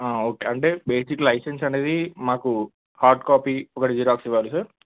okay అంటే basic licence అనేది మాకు హార్డ్ కాపి ఒకటి జిరాక్స్ ఇవ్వాలి సార్